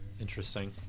Interesting